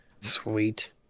Sweet